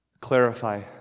clarify